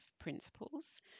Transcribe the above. principles